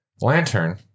lantern